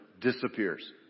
disappears